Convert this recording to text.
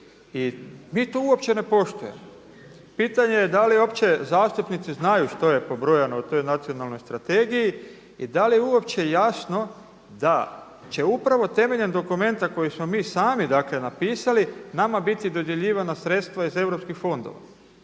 mi to uopće ne poštujemo. Pitanje je da li uopće zastupnici znaju što je pobrojano u toj nacionalnoj strategiji i da li je uopće jasno da će upravo temeljem dokumenta koji smo mi sami napisali nama biti dodjeljivana sredstva iz europskih fondova.